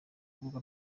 rubuga